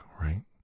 right